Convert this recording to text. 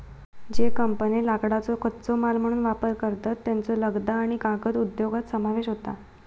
ज्ये कंपन्ये लाकडाचो कच्चो माल म्हणून वापर करतत, त्येंचो लगदा आणि कागद उद्योगात समावेश होता